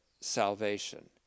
salvation